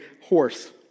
horse